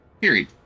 Period